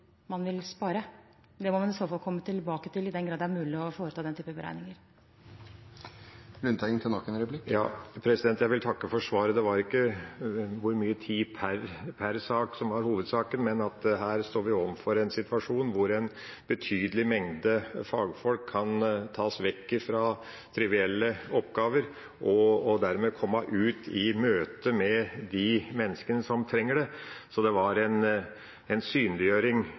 man vil spare. Det må man i så fall komme tilbake til, i den grad det er mulig å foreta den type beregninger. Jeg vil takke for svaret. Det var ikke hvor mye tid per sak som var hovedsaken, men at vi her står overfor en situasjon hvor en betydelig mengde fagfolk kan tas vekk fra trivielle oppgaver og dermed komme ut i møte med de menneskene som trenger det. Så det var en synliggjøring